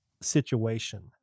situation